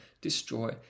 destroy